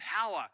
power